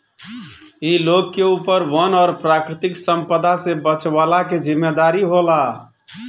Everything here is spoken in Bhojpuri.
इ लोग के ऊपर वन और प्राकृतिक संपदा से बचवला के जिम्मेदारी होला